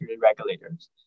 regulators